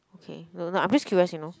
okay no no I'm just curious you know